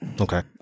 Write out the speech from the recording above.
Okay